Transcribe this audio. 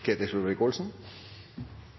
Ketil